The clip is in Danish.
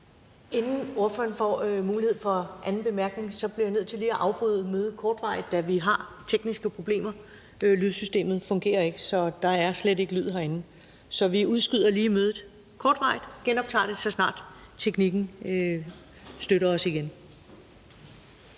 at komme med sin anden korte bemærkning, bliver jeg nødt til lige at afbryde mødet kortvarigt, da vi har tekniske problemer. Lydsystemet fungerer ikke: der er slet ikke lyd herinde. Så vi udskyder lige mødet kortvarigt og genoptager det, så snart teknikken støtter os igen.